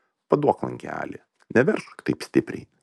paduok lankelį neveržk taip stipriai